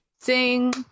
Sing